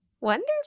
Wonderful